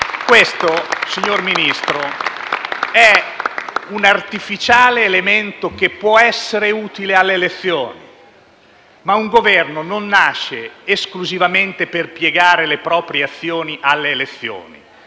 questo è un elemento artificiale che può essere utile alle elezioni, ma un Governo non nasce esclusivamente per piegare le proprie azioni alle elezioni.